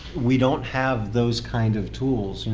we don't have those kind of tools.